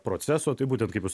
proceso tai būtent kaip jūs